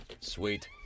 Sweet